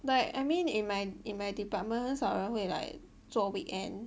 but I mean in my in my department 很少人会 like 做 weekend